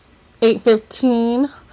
815